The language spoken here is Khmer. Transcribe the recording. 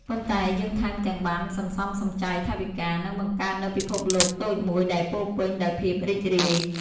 ប៉ុន្តែយើងថែមទាំងបានសន្សំសំចៃថវិកា និងបង្កើតនូវពិភពលោកតូចមួយដែលពោរពេញដោយភាពរីករាយ។